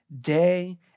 day